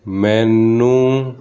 ਮੈਨੂੰ